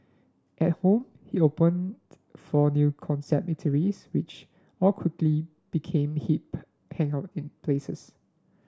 at home he opened four new concept eateries which all quickly became hip hangout in places